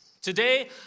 Today